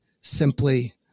simply